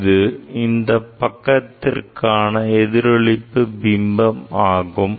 இது இந்தப் பக்கத்திற்கான எதிரொளிப்பு பிம்பம் ஆகும்